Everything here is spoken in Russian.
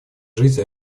жизнь